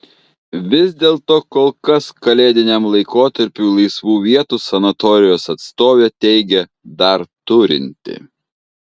vis dėlto kol kas kalėdiniam laikotarpiui laisvų vietų sanatorijos atstovė teigė dar turinti